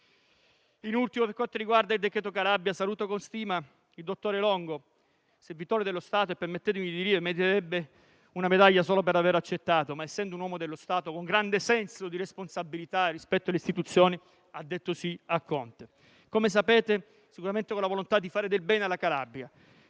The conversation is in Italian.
In ultimo, per quanto riguarda il decreto Calabria, saluto con stima il dottore Longo, servitore dello Stato che - permettetemi di dirlo - meriterebbe una medaglia solo per avere accettato l'incarico. Essendo un uomo dello Stato, con grande senso di responsabilità e rispetto delle istituzioni ha detto sì a Conte, sicuramente con la volontà di fare del bene alla Calabria.